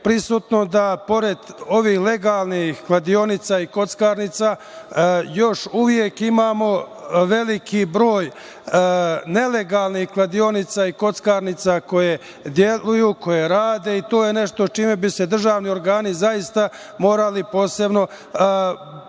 da pored ovih legalnih kladionica i kockarnica, još uvek imamo veliki broj nelegalnih kladionica i kockarnica koje deluju, koje rade i to je nešto čime bi se državni organi zaista morali posebno baviti,